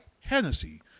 Hennessy